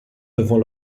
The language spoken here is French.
devant